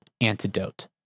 antidote